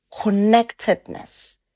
connectedness